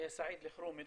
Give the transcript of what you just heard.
סעיד אלחרומי.